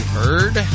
heard